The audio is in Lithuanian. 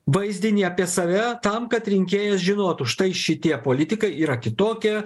vaizdinį apie save tam kad rinkėjas žinotų štai šitie politikai yra kitokie